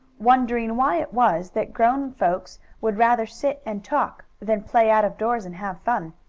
wondering why it was that grown folks would rather sit and talk than play out of doors and have fun.